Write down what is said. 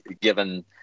given